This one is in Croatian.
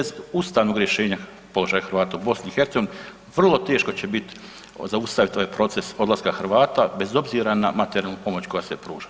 Bez ustavnog rješenja, položaj Hrvata u BiH-u vrlo teško će biti zaustaviti ovaj proces odlaska Hrvata bez obzira na materijalnu pomoć koja se pruža.